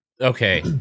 okay